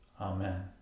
Amen